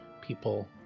people